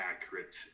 accurate